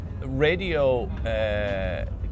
radio